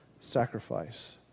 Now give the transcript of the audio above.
sacrifice